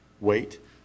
Wait